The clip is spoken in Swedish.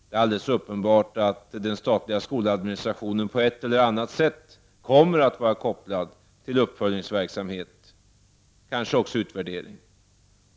Det är alldeles uppenbart att den statliga skoladministrationen på ett eller annat sätt kommer att vara kopplad till en uppföljningsverksamhet och kanske också en utvärdering.